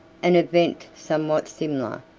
an event somewhat similar,